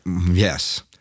Yes